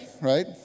right